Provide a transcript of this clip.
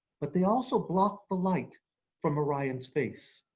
but they also block the light from orion's face.